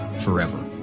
forever